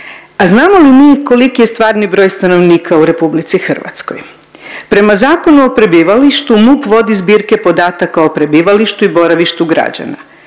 A znamo li mi koliki je stvarni broj stanovnika u RH? Prema Zakonu o prebivalištu MUP vodi zbirke podataka o prebivalištu i boravištu građana,